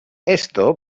esto